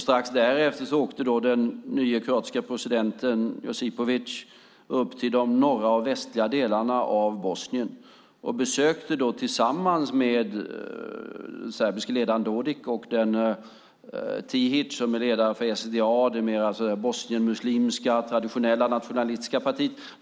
Strax därefter åkte den nye kroatiske presidenten Josipovic till de norra och västra delarna av Bosnien och besökte tillsammans med den serbiske ledaren Tadic och Tihic, ledaren för SDA, det bosnienmuslimska traditionella nationalistiska partiet.